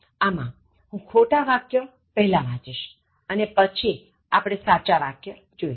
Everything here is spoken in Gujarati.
આમ હું ખોટા વાક્ય પહેલા વાંચીશ અને પછી આપણે સાચા વાક્ય જોઇશું